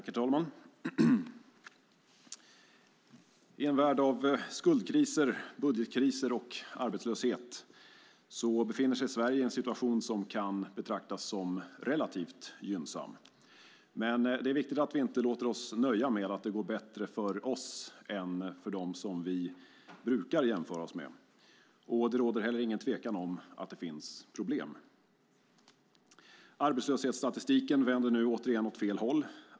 Herr talman! I en värld av skuldkriser, budgetkriser och arbetslöshet befinner sig Sverige i en situation som kan betraktas som relativt gynnsam. Det är dock viktigt att vi inte låter oss nöja med att det går bättre för oss än för dem som vi brukar jämföra oss med. Det råder heller ingen tvekan om att det finns problem. Arbetslöshetsstatistiken vänder åter åt fel håll.